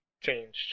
changed